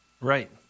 Right